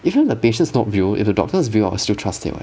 even the patients not real if the doctor is real I will still trust him [what]